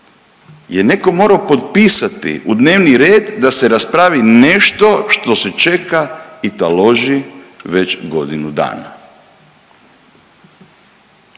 je neko moro potpisati u dnevni red da se raspravi nešto što se čeka i taloži već godinu dana?